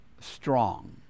strong